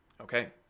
Okay